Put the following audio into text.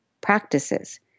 practices